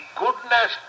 goodness